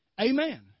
Amen